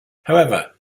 however